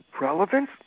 Relevance